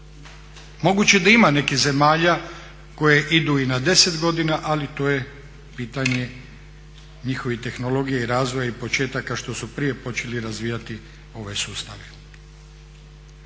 Moguće da ima nekih zemalja koje idu i na 10 godina ali to je pitanje njihovih tehnologija i razvoja i početaka što su prije počeli razvijati ove sustave.